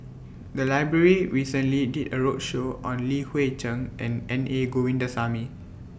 The Library recently did A roadshow on Li Hui Cheng and N A Govindasamy